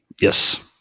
Yes